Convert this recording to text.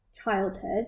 childhood